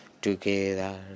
Together